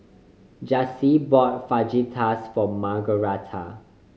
Jaycee bought Fajitas for Margaret